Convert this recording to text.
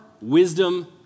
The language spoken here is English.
wisdom